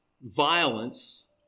violence